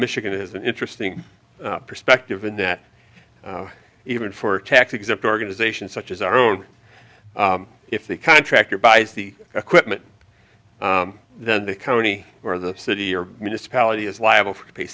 michigan is an interesting perspective in that even for tax exempt organizations such as our own if the contractor buys the equipment then the county or the city or municipality is liable for pay